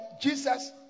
Jesus